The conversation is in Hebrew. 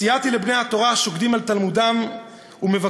סייעתי לבני התורה השוקדים על תלמודם ומבקשים